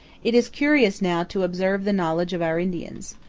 it is curious now to observe the knowledge of our indians.